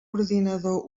ordinador